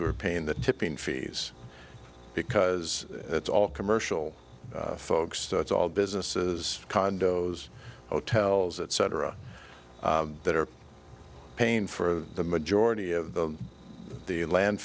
who are paying the tipping fees because it's all commercial folks so it's all businesses condos hotels etc that are paying for the majority of the the land